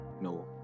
no